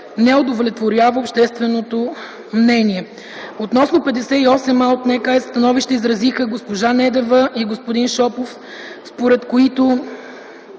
не удовлетворява общественото мнение. Относно чл. 58а от НК становище изразиха и госпожа Недева и господин Шопов, според които